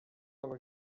mogę